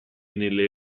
nelle